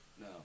No